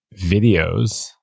videos